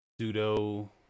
pseudo